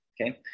okay